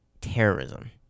terrorism